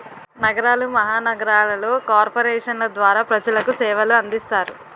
నగరాలు మహానగరాలలో కార్పొరేషన్ల ద్వారా ప్రజలకు సేవలు అందిస్తారు